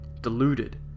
deluded